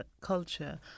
culture